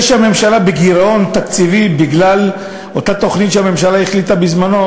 זה שהממשלה בגירעון תקציבי בגלל אותה תוכנית שהממשלה החליטה עליה בזמנה,